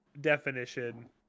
definition